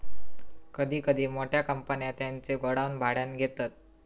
कधी कधी मोठ्या कंपन्या त्यांचे गोडाऊन भाड्याने घेतात